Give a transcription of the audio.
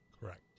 Correct